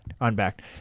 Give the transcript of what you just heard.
unbacked